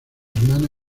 hermana